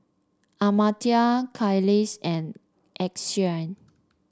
Amartya Kailash and Akshay